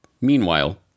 Meanwhile